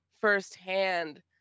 firsthand